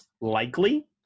likely